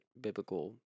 biblical